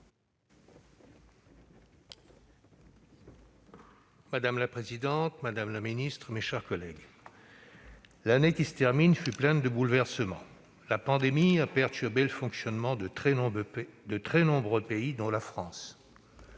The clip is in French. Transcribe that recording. Madame la présidente, madame la ministre, mes chers collègues, l'année qui se termine fut pleine de bouleversements. La pandémie a perturbé le fonctionnement de très nombreux pays, dont la France.